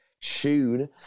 tune